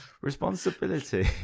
Responsibility